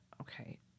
Okay